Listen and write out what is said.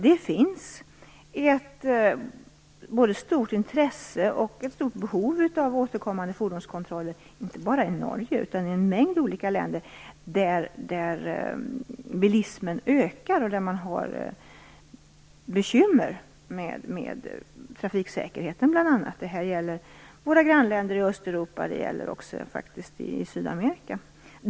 Det finns också både ett stort intresse och ett stort behov av återkommande fordonskontroller, inte bara i Norge utan i en mängd olika länder där bilismen ökar och där man bl.a. har bekymmer med trafiksäkerheten. Det gäller våra grannländer i Östeuropa, och det gäller faktiskt också i Sydamerika.